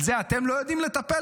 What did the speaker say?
זה ממש התפרק פה